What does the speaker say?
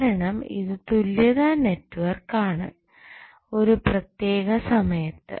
കാരണം ഇത് തുല്യത നെറ്റ്വർക്ക് ആണ് ഒരു പ്രത്യേക സമയത്തു